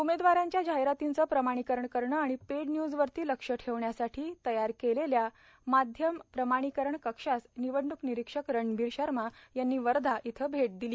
उमेदवारांच्या जाहिरातींचं प्रमाणिकरण करणं आणि पेड न्यूजवरती लक्ष ठेवण्यासाठी तयार केलेल्या माध्यम प्रमाणिकरण कक्षास निवडण्क निरिक्षक रणबीर शर्मा यांनी वर्धा इथं भेट दिली